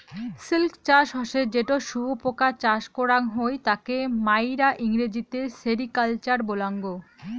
silk চাষ হসে যেটো শুয়োপোকা চাষ করাং হই তাকে মাইরা ইংরেজিতে সেরিকালচার বলাঙ্গ